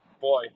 boy